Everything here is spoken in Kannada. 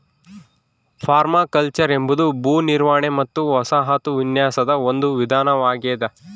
ಪರ್ಮಾಕಲ್ಚರ್ ಎಂಬುದು ಭೂ ನಿರ್ವಹಣೆ ಮತ್ತು ವಸಾಹತು ವಿನ್ಯಾಸದ ಒಂದು ವಿಧಾನವಾಗೆದ